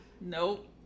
nope